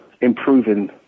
improving